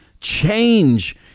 change